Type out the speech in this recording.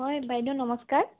হয় বাইদেউ নমস্কাৰ